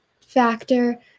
factor